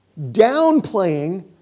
downplaying